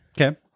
Okay